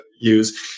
use